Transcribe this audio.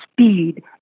speed